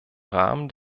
rahmen